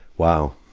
wow.